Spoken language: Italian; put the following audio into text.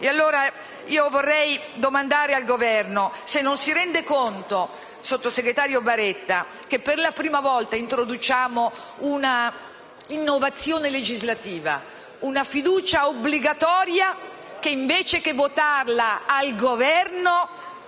allora io vorrei domandare al Governo se non si rende conto, sottosegretario Baretta, che per la prima volta introduciamo un'innovazione legislativa: una fiducia obbligatoria che, invece di votarla al Governo